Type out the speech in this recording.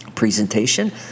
presentation